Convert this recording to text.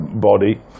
body